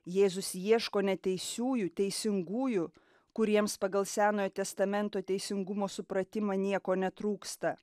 jėzus ieško neteisiųjų teisingųjų kuriems pagal senojo testamento teisingumo supratimą nieko netrūksta